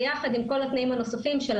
ביחד עם כל התנאים הנוספים של